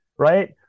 Right